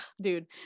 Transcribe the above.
dude